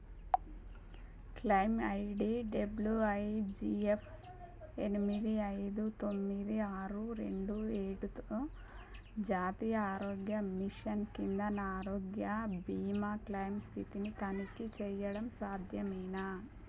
claim ID WIGF ఎనిమిది ఐదు తొమ్మిది ఆరు రెండు ఏడుతో జాతీయ ఆరోగ్య మిషన్ కింద నా ఆరోగ్య బీమా క్లయిమ్ స్థితిని తనిఖీ చెయ్యడం సాధ్యమేనా